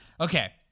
okay